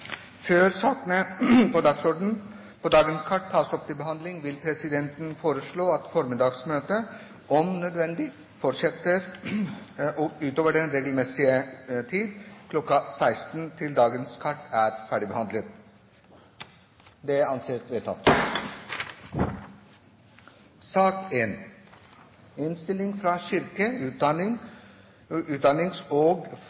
Før sakene på dagens kart tas opp til behandling, vil presidenten foreslå at formiddagsmøtet om nødvendig fortsetter utover den reglementsmessige tid, kl. 16, til dagens kart er ferdigbehandlet. – Ingen innvendinger er kommet mot presidentens forslag, og det anses vedtatt. Etter ønske fra kirke-, utdannings- og